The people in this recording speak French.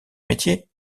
métier